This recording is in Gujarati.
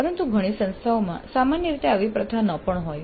પરંતુ ઘણી સંસ્થાઓમાં સામાન્ય રીતે આવી પ્રથા ન પણ હોય